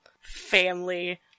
family